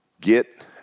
get